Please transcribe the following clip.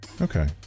Okay